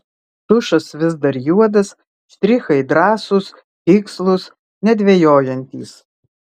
tušas vis dar juodas štrichai drąsūs tikslūs nedvejojantys